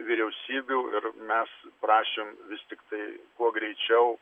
vyriausybių ir mes prašėm vis tiktai kuo greičiau